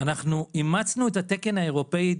אימצנו את התקן האירופאי,